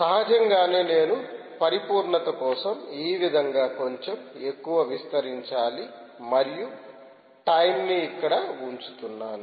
సహజంగానే నేను పరిపూర్ణత కోసం ఈ విధంగా కొంచెం ఎక్కువ విస్తరించాలి మరియు టైంని ఇక్కడ ఉంచుతున్నాను